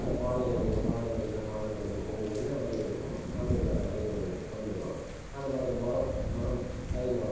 அந்த பானை வடிவம் பானை வடிவம்னால் பானை வடிவம் உங்களுக்கு என்ன வடிவம் வேணுமோ அதுக்கான வடிவங்களும் வந்துவிடும் அது மாதிரி முறம் முறம் கை முறம்